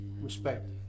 respect